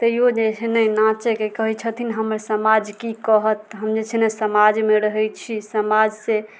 तैयो जे छै नहि नाचयके कहै छथिन हमर समाज की कहत हम जे छै ने समाजमे रहै छी समाज से